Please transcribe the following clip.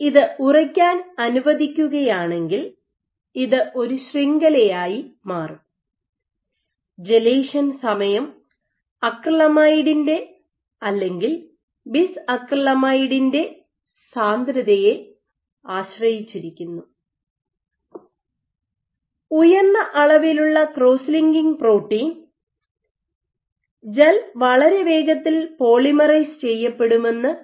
ഇത് ഉറയ്ക്കാൻ അനുവദിക്കുകയാണെങ്കിൽ ഇത് ഒരു ശൃംഖലയായി മാറും ജെലേഷൻ സമയം അക്രിലമൈഡിന്റെ അല്ലെങ്കിൽ ബിസ് അക്രിലാമൈഡിന്റെ സാന്ദ്രതയെ ആശ്രയിച്ചിരിക്കുന്നു ഉയർന്ന അളവിലുള്ള ക്രോസ് ലിങ്കിംഗ് പ്രോട്ടീൻ ജെൽ വളരെ വേഗത്തിൽ പോളിമറൈസ് ചെയ്യപ്പെടുമെന്ന് ഉറപ്പാക്കും